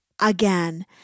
again